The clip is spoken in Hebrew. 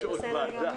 יש עוד ועדה.